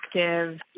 active